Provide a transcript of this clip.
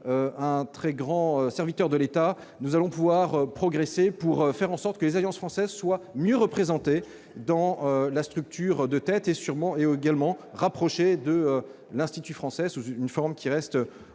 un très grand serviteur de l'État, nous allons pouvoir progresser pour faire en sorte que les alliances françaises soient mieux représentées dans la structure de tête, et pour rapprocher ces dernières de l'Institut français, selon des modalités qui restent